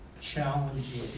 challenging